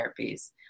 therapies